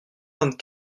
vingt